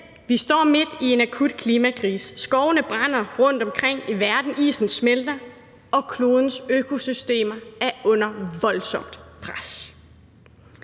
vi står midt i en akut krise: Skovene brænder rundtomkring i verden, isen smelter, og klodens økosystemer er under voldsomt pres.